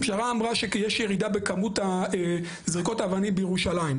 המשטרה אמרה שיש ירידה בכמות זריקות אבנים בירושלים,